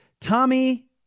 Tommy